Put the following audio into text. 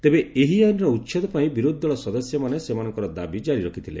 ତେବେ ଏହି ଆଇନର ଉଚ୍ଛେଦ ପାଇଁ ବିରୋଧୀଦଳ ସଦସ୍ୟମାନେ ସେମାନଙ୍କର ଦାବି ଜାରି ରଖିଥିଲେ